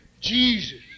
Jesus